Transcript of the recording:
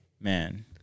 man